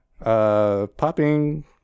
popping